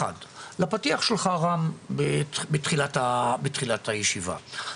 אחד, הפתיח שלך רם בתחילת הישיבה, נכון,